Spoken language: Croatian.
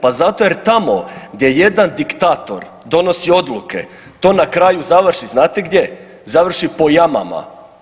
Pa zato gdje tamo gdje jedan diktator donosi odluke to na kraju završi znate gdje, završi po jamama.